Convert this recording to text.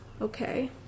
okay